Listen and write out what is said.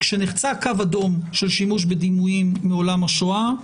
כאשר נחצה קו אדום של שימוש בדימויים מעולם השואה,